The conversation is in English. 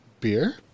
Beer